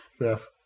Yes